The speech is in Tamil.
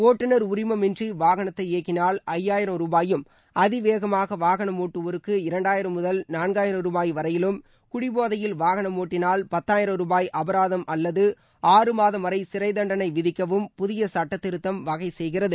ஒட்டுநர் உரிமம் இன்றி வாகனத்தை இயக்கினால் ஐயாயிரம் ரூபாயும் அதிவேகமாக வாகனம் ஒட்டுவோருக்கு இரண்டாயிரம் முதல் நாள்காயிரம் ரூபாய் வரையிலும் குடிபோதையில் வாகனம் ஒட்டினால் பத்தாயிரம் ரூபாய் அபராதம் அல்லது ஆறுமாதம் வரை சிறைத்தண்டனை விதிக்கவும் புதிய சட்டத்திருத்தம் வகை செய்கிறது